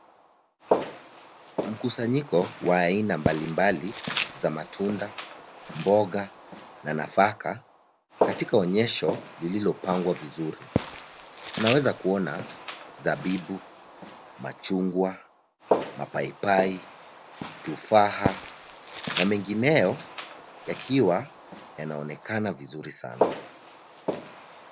Mkusanyiko wa aina mbali mbali za matunda, mboga na nafaka katika onyesho lililopangwa vizuri. Tunaweza kuona zabibu, machungwa, mapaipai, tufaha na mengineo yakiwa yanaonekana vizuri sana.